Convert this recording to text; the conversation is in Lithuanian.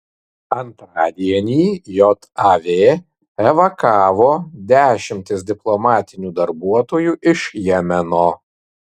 antradienį jav evakavo dešimtis diplomatinių darbuotojų iš jemeno